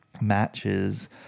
matches